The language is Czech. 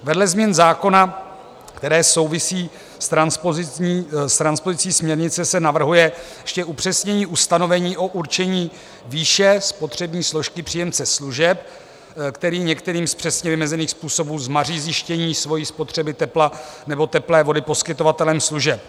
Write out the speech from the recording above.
Vedle změn zákona, které souvisí s transpozicí směrnice, se navrhuje ještě upřesnění ustanovení o určení výše spotřební složky příjemce služeb, který některým z přesně vymezených způsobů zmaří zjištění svojí spotřeby tepla nebo teplé vody poskytovateli služeb.